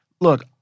look